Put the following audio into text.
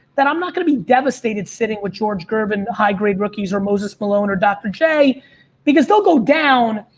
that i'm not going to be devastated sitting with george gervin high-grade rookies or moses malone or dr. j because they'll go down,